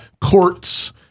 courts